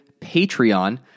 Patreon